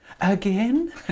Again